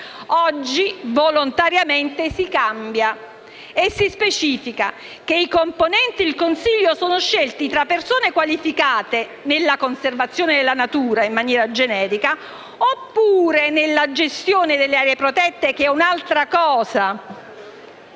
Oggi, volontariamente, si cambia. Si specifica infatti che i componenti del consiglio sono scelti tra persone qualificate nella conservazione della natura (in maniera generica), oppure nella gestione delle aree protette (che è un'altra cosa),